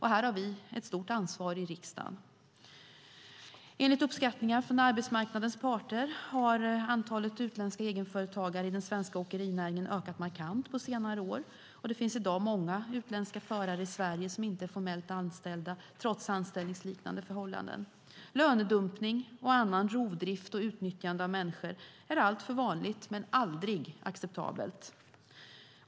Här har vi i riksdagen ett stort ansvar. Enligt uppskattningar från arbetsmarknadens parter har antalet utländska egenföretagare i den svenska åkerinäringen ökat markant på senare år, och det finns i dag många utländska förare i Sverige som inte är formellt anställda trots anställningsliknande förhållanden. Lönedumpning, annan rovdrift och utnyttjande av människor är alltför vanligt men aldrig acceptabelt.